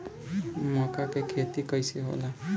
मका के खेती कइसे होला?